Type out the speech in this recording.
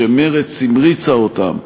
שמרצ המריצה אותם,